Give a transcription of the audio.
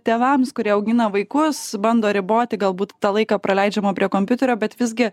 tėvams kurie augina vaikus bando riboti galbūt tą laiką praleidžiamą prie kompiuterio bet visgi